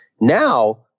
Now